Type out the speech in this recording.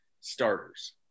starters